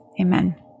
Amen